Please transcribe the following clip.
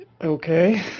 okay